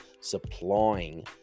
supplying